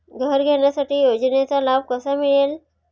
घर घेण्यासाठी योजनेचा लाभ कसा मिळेल?